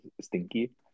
stinky